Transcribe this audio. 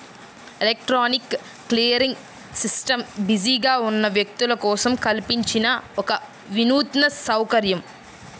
electronic clearing system బిజీగా ఉన్న వ్యక్తుల కోసం కల్పించిన ఒక వినూత్న సౌకర్యం